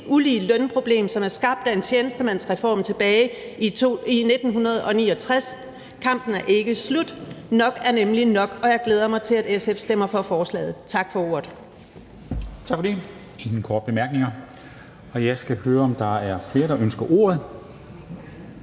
uligelønproblem, som er skabt af en tjenestemandsreform tilbage i 1969. Kampen er ikke slut – nok er nemlig nok. Og jeg glæder mig til, at SF stemmer for forslaget. Tak for ordet